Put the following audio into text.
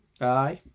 Aye